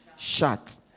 Shut